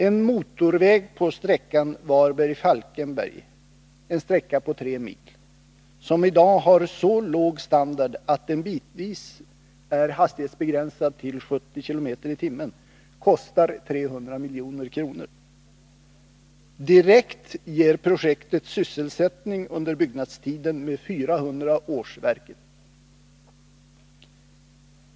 En motorväg på sträckan Varberg-Falkenberg, en sträcka på 3 mil som i dag har så låg standard att den bitvis är hastighetsbegränsad till 70 km/tim., kostar 300 miljoner. Direkt ger projektet sysselsättning under byggnadstiden med 400 årsverken.